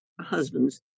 husband's